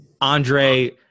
Andre